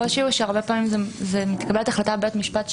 הקושי הוא שהרבה פעמים מתקבלת החלטה בבית משפט,